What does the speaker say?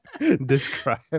describe